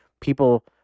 people